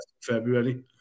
February